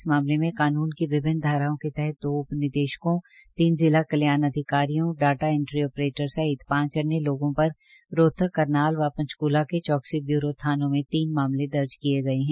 इस मामले में कान्न की विभिन्न धाराओं के तहत दो उप निदेशको तीन जिला कल्याण अधिकारियों डाटा एंट्री ओपेरेटर सहित पांच अन्य लोगों पर रोहतक करनाल व पंचक्ला के चोकसी ब्यूरो थानों में तीन मामले दर्ज किये गये है